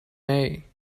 may